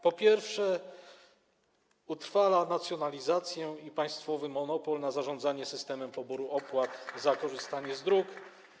Po pierwsze, utrwala nacjonalizację i państwowy monopol w przypadku zarządzania systemem poboru opłat za korzystanie z dróg.